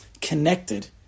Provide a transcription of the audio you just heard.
connected